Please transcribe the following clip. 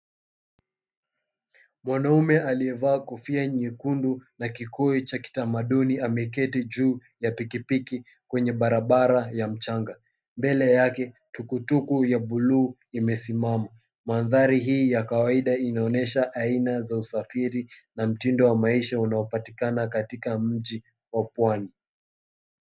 Mwanamme aliyevaa kofia nyekundu na kikoi cha kitamaduni, ameketi juu ya piki piki, kwenye barabara ya mchanga, mbele yake tuku tuku ya buluu imesimama, manthari hii ya kawaida inaonyesha aina za usafiri na mtindo wa maisha unaopatikana katika mji wa pwani.